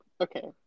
okay